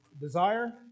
desire